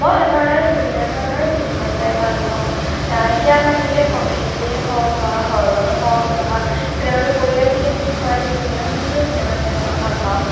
মই সাধাৰণতে বিভিন্ন ধৰণৰ চিনেমা চাই ভাল পাওঁ সেয়া লাগিলে কমেডিয়ে হওক বা হৰৰ হওক বা চিনেমাটো পৰিয়াল কেন্দ্ৰ্ৰীক হওক বিভিন্ন ধৰণৰ চিনেমা চাই মই ভাল পাওঁ